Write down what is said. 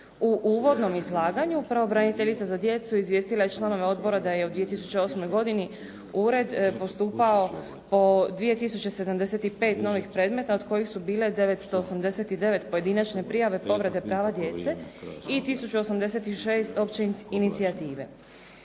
U uvodnom izlaganju pravobraniteljica za djecu izvijestila je članove odbora da je u 2008. godini ured postupao po 2075 novih predmeta, od kojih su bile 989 pojedinačne prijave povrede prava djece i 1086 opće inicijative.